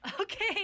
okay